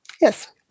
Yes